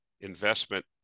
investment